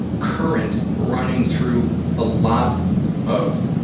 current running through a lot of